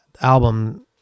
album